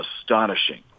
astonishing